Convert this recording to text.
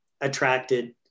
attracted